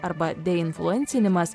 arba deinfluencinimas